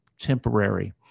temporary